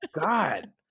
God